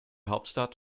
hauptstadt